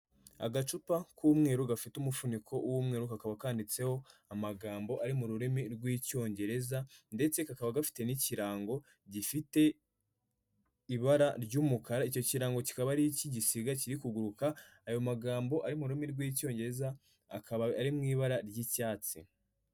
Agacupa k'umweru gafite umufuniko w'umweru, kakaba kandiitseho amagambo ari mu rurimi rw'icyongereza ndetse kakaba gafite n'ikirango gifite ibara ry'umukara. Icyo kirango kikaba ari iki gisiga kiri kuguruka, ayo magambo ari mu rurimi rw'icyongereza akaba ari mu ibara ry'icyatsi.